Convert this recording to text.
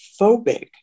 phobic